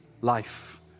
life